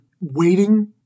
waiting